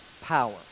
power